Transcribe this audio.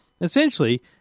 essentially